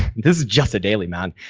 this is just a daily, man.